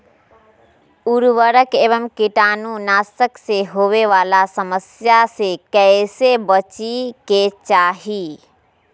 उर्वरक एवं कीटाणु नाशक से होवे वाला समस्या से कैसै बची के चाहि?